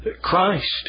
Christ